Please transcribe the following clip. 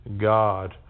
God